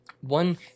one